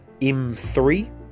M3